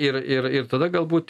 ir ir ir tada galbūt